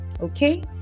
Okay